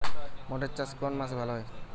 মটর চাষ কোন মাসে ভালো হয়?